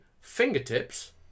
fingertips